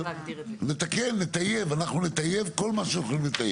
נתקן ונטייב כל מה שאנחנו יכולים.